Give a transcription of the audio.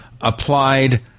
applied